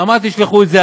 אמרתי להן: תשלחו את זה,